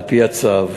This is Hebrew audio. על-פי הצו.